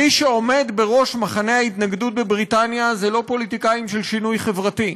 מי שעומד בראש מחנה ההתנגדות בבריטניה זה לא פוליטיקאים של שינוי חברתי,